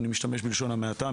ואני משתמש בלשון המעטה,